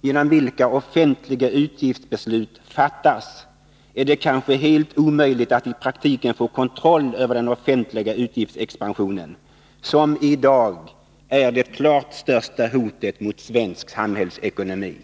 genom vilka offentliga utgiftsbeslut fattas, är det kanske helt omöjligt att i praktiken få kontroll över den offentliga utgiftsexpansionen, som i dag är det klart största hotet mot svensk samhällsekonomi.